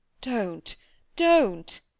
Don't—don't